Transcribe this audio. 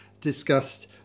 discussed